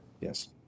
yes